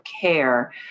care